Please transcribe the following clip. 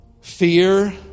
fear